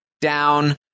down